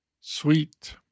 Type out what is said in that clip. Sweet